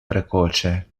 precoce